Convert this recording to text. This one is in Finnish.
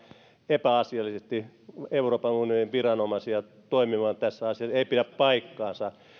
epäasiallisesti euroopan unionin viranomaisia toimimaan tässä asiassa ei pidä paikkaansa